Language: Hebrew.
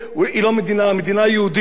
המדינה היהודית העתידית.